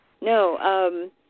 No